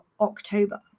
October